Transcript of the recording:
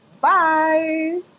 bye